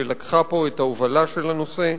שלקחה פה את ההובלה של הנושא,